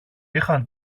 είχαν